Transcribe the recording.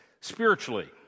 spiritually